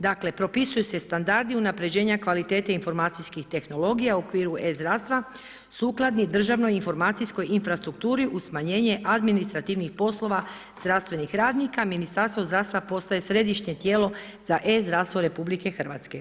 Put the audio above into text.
Dakle, propisuju se standardi unapređenja kvalitete informacijskih tehnologija u okviru e-zdravstva sukladni državno informacijskoj infrastrukturi uz smanjenje administrativnih poslova zdravstvenih radnika, Ministarstvo zdravstva postaje središnje tijelo za e-zdravstvo RH.